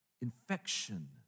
infection